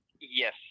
Yes